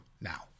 now